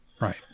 Right